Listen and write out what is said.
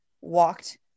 walked